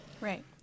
right